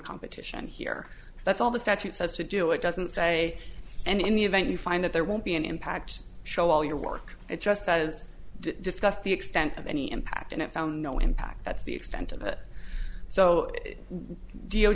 competition here that's all the statute says to do it doesn't say and in the event you find that there won't be an impact show all your work it just does discuss the extent of any impact and it found no impact that's the extent of it so d o